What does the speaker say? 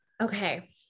Okay